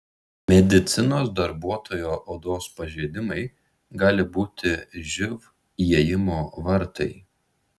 medicinos darbuotojo odos pažeidimai gali būti živ įėjimo vartai